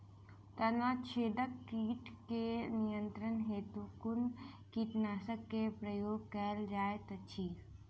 तना छेदक कीट केँ नियंत्रण हेतु कुन कीटनासक केँ प्रयोग कैल जाइत अछि?